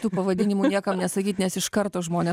tų pavadinimų niekam nesakyt nes iš karto žmonės